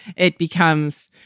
it becomes,